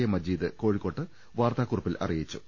A Majeed കോഴിക്കോട്ട് വാർത്താക്കുറിപ്പിൽ അറിയിച്ചു